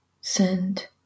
send